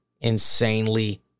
insanely